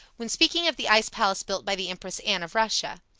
when speaking of the ice-palace built by the empress anne of russia.